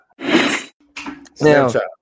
snapchat